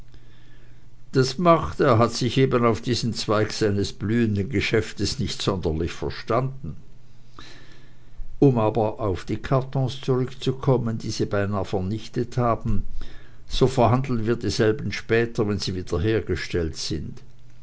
das macht er hat sich eben auf diesen zweig seines blühenden geschäftes nicht sonderlich verstanden um aber auf die kartons zurückzukommen die sie beinah vernichtet haben so verhandeln wir dieselben später wann sie wiederhergestellt sind